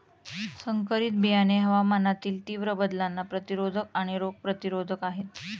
संकरित बियाणे हवामानातील तीव्र बदलांना प्रतिरोधक आणि रोग प्रतिरोधक आहेत